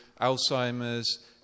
Alzheimer's